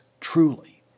truly